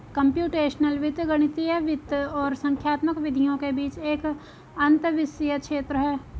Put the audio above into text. computational वित्त गणितीय वित्त और संख्यात्मक विधियों के बीच एक अंतःविषय क्षेत्र है